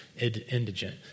indigent